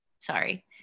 sorry